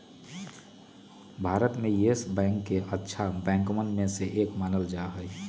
भारत में Yes Bank के अच्छा बैंकवन में से एक मानल जा हई